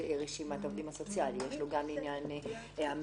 יש את זה שאחראי על רשימת העובדים הסוציאליים,